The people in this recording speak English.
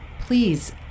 Please